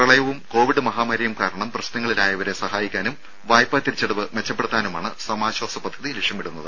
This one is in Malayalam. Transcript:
പ്രളയവും കോവിഡ് മഹാമാരിയും കാരണം പ്രശ്നങ്ങളിലായവരെ സഹായിക്കാനും വായ്പാ തിരിച്ചടവ് മെച്ചപ്പെടുത്താനുമാണ് സമാശ്വാസ പദ്ധതി ലക്ഷ്യമിടുന്നത്